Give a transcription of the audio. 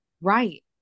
Right